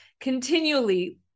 continually